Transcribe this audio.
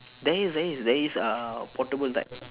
there is there is there is a portable type